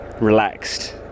relaxed